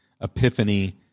Epiphany